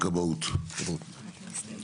כבאות והצלה.